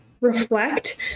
reflect